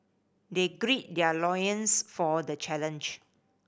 they gird their loins for the challenge